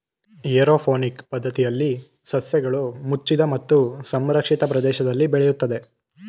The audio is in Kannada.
ಏರೋಪೋನಿಕ್ ಪದ್ಧತಿಯಲ್ಲಿ ಸಸ್ಯಗಳು ಮುಚ್ಚಿದ ಮತ್ತು ಸಂರಕ್ಷಿತ ಪ್ರದೇಶದಲ್ಲಿ ಬೆಳೆಯುತ್ತದೆ